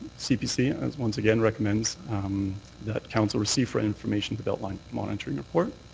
cpc once again recommends that council receive for information the beltline monitoring report.